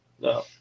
no